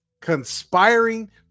conspiring